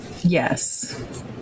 Yes